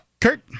kurt